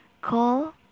call